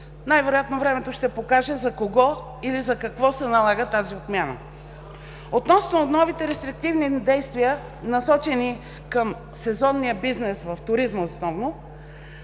най-вероятно времето ще покаже за кого или за какво се налага тази отмяна. Относно новите рестриктивни действия, насочени към сезонния бизнес в туризма